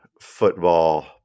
football